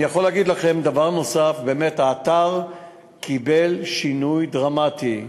אני יכול להגיד לכם דבר נוסף: האתר עבר שינוי דרמטי.